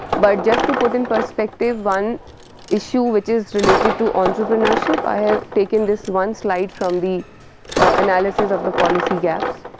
but just to put in perspective one issue which is related to entrepreneurship i have taken this one slide from the analysis of the policy gaps.